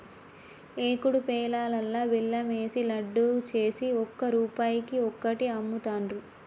ఏకుడు పేలాలల్లా బెల్లం ఏషి లడ్డు చేసి ఒక్క రూపాయికి ఒక్కటి అమ్ముతాండ్రు